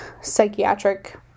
psychiatric